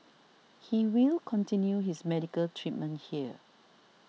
he will continue his medical treatment here